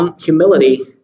humility